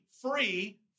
free